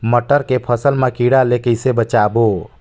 मटर के फसल मा कीड़ा ले कइसे बचाबो?